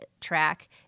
track